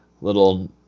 little